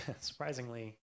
surprisingly